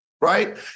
right